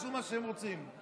עשו מה שהם רוצים.